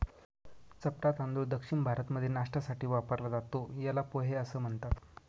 चपटा तांदूळ दक्षिण भारतामध्ये नाष्ट्यासाठी वापरला जातो, याला पोहे असं म्हणतात